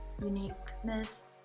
uniqueness